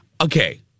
Okay